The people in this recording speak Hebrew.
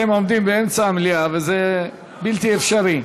אתם עומדים באמצע המליאה וזה בלתי אפשרי.